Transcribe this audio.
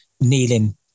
kneeling